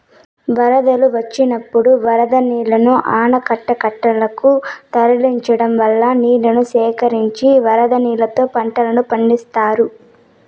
వరదలు వచ్చినప్పుడు వరద నీళ్ళను ఆనకట్టలనకు తరలించడం వల్ల నీళ్ళను సేకరించి వరద నీళ్ళతో పంటలను పండిత్తారు